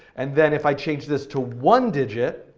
and then if i change this to one digit,